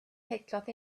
headcloth